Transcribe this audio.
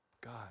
God